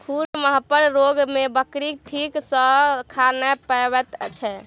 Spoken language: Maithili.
खुर मुँहपक रोग मे बकरी ठीक सॅ खा नै पबैत छै